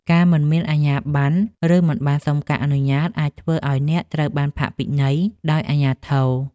ការមិនមានអាជ្ញាប័ណ្ណ ឬមិនបានសុំការអនុញ្ញាត អាចធ្វើឱ្យអ្នកត្រូវបានផាកពិន័យដោយអាជ្ញាធរ។